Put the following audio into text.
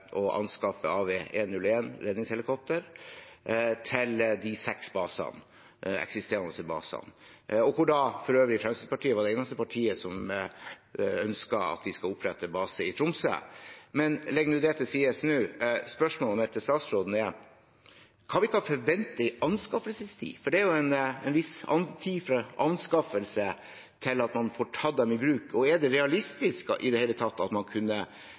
å anskaffe AW101-redningshelikoptre til de seks eksisterende basene, og hvor for øvrig Fremskrittspartiet var det eneste partiet som ønsket at vi skulle opprette base i Tromsø – men la meg legge det til side nå. Spørsmålet mitt til statsråden er hva vi kan forvente i anskaffelsestid, for det er jo en viss tid fra anskaffelse til man får tatt dem i bruk, og er det i det hele tatt realistisk å kunne forvente at